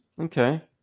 Okay